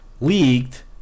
leaked